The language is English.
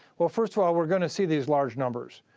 well, first of all, we're going to see these large numbers.